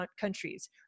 countries